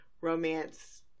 romance